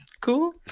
cool